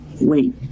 Wait